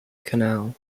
canal